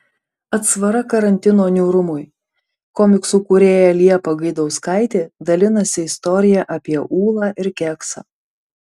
atsvara karantino niūrumui komiksų kūrėja liepa gaidauskaitė dalinasi istorija apie ūlą ir keksą